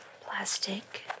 plastic